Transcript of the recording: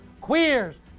queers